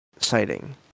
sighting